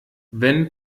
wenn